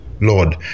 Lord